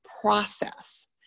process